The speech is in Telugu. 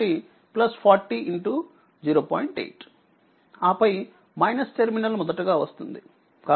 8 ఆపై టెర్మినల్ మొదటగా వస్తుంది కాబట్టి Voc 0